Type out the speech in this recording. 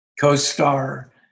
co-star